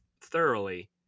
thoroughly